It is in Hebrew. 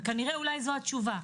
וכנראה זו התשובה.